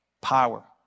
Power